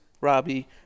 Robbie